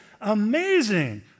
amazing